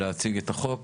להציג את החוק.